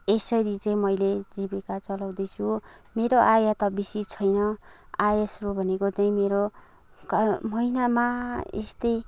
यसरी चाहिँ मैले जीविका चलाउँदैछु मेरो आय त विशेष छैन आयस्रोत भनेको त्यही मेरो महिनामा यस्तै